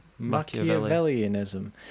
Machiavellianism